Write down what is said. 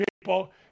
people